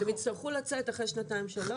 הם יצטרכו לצאת אחרי שנתיים ושלוש.